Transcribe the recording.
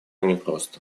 непросто